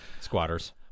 Squatters